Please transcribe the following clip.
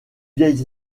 vieilles